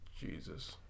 Jesus